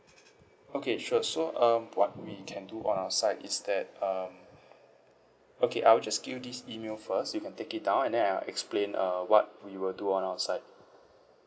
okay sure so um what we can do on our side is that um okay I'll just give this email first you can take it down and then I'll explain uh what we will do on our side